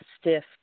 stiff